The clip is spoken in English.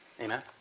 Amen